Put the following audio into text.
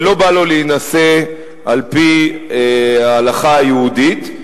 לא בא לו להינשא על-פי ההלכה היהודית.